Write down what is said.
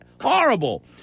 Horrible